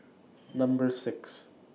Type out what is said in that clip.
Number six